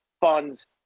funds